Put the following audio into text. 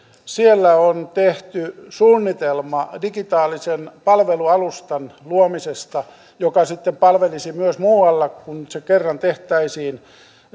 siellä on tehty suunnitelma digitaalisen palvelualustan luomisesta joka sitten palvelisi myös muualla kun se kerran tehtäisiin